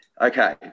Okay